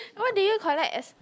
what do you collect as